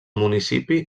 municipi